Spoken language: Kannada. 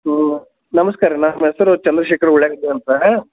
ಹ್ಞೂ ನಮಸ್ಕಾರ ರೀ ನಮ್ಮ ಹೆಸರು ಚಂದ್ರಶೇಖರ ಉಳ್ಳಾಗಡ್ಡಿ ಅಂತ